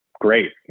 great